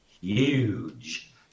huge